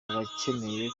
abakeneye